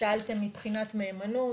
שאלתם מבחינת מהימנות,